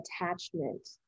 attachment